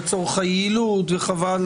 לצורך היעילות וכו'.